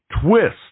Twist